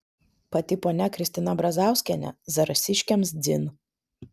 pati ponia kristina brazauskienė zarasiškiams dzin